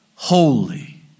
Holy